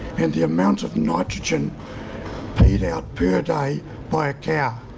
and the amount of nitrogen peed out per day by a cow.